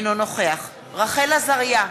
אינו נוכח רחל עזריה,